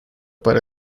para